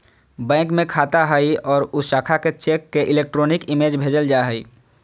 bank में खाता हइ और उ शाखा के चेक के इलेक्ट्रॉनिक इमेज भेजल जा हइ